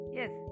yes